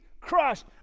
Crushed